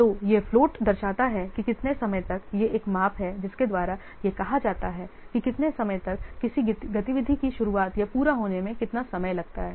तो यह फ्लोट दर्शाता है कि कितने समय तक यह एक माप है जिसके द्वारा यह कहा जाता है कि कितने समय तक किसी गतिविधि की शुरुआत या पूरा होने में कितना समय लगता है